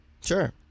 Sure